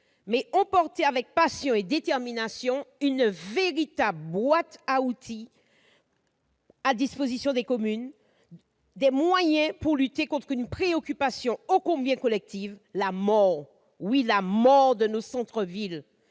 porté avec passion et détermination une véritable boîte à outils mise à la disposition des communes, des moyens pour lutter contre une préoccupation ô combien collective : la mort, oui, la mort de nos centres-villes